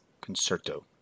Concerto